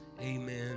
Amen